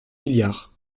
milliards